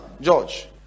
George